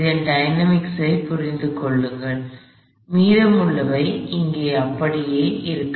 இதன் டயனாமிக்ஸ் ஐ புரிந்து கொள்ளுங்கள் மீதமுள்ளவை அப்படியே இருக்கும்